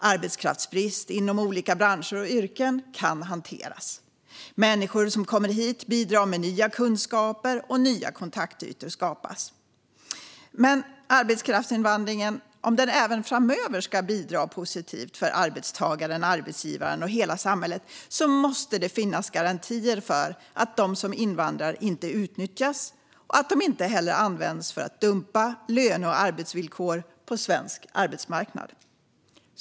Arbetskraftsbrist inom olika branscher och yrken kan hanteras. Människor som kommer hit bidrar med nya kunskaper, och nya kontaktytor skapas. Men om arbetskraftsinvandringen även framöver ska bidra positivt för arbetstagaren, arbetsgivaren och hela samhället måste det finnas garantier för att de som invandrar inte utnyttjas och inte heller används för att dumpa löne och arbetsvillkor på svensk arbetsmarknad.